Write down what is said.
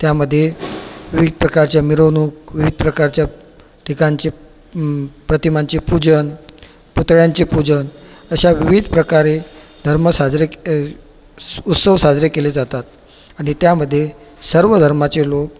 त्यामध्ये विविध प्रकारच्या मिरवणूक विविध प्रकारच्या ठिकाणचे प्रतिमांचे पूजन पुतळ्यांचे पूजन अशा विविध प्रकारे धर्म साजरे उत्सव साजरे केले जातात आणि त्यामध्ये सर्व धर्माचे लोक